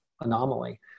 anomaly